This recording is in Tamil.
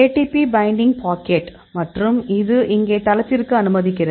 ATP பைண்டிங் பாக்கெட் மற்றும் இது இங்கே தளத்திற்கு அனுமதிக்கிறது